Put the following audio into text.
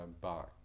back